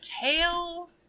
tail